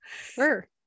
Sure